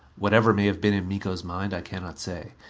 whatever may have been in miko's mind, i cannot say.